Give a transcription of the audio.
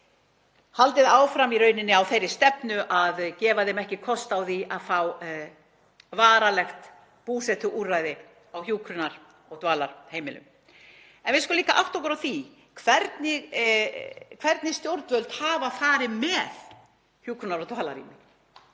haldið áfram í rauninni þeirri stefnu að gefa þeim ekki kost á að fá varanlegt búsetuúrræði á hjúkrunar- og dvalarheimilum. Við skulum líka átta okkur á því hvernig stjórnvöld hafa farið með hjúkrunar- og dvalarrými.